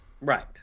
Right